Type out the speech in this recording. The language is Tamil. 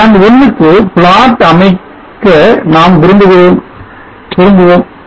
tran one க்கு plot அமைத்த அமைக்க நாம் விரும்புகிறோம் விரும்புவோம்